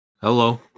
Hello